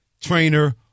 trainer